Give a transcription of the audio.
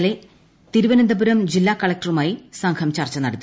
ഇന്നലെ തിരുവനന്തപുരത്ത് ജില്ലാ കളക്ടറുമായി സംഘം ചർച്ച നടത്തി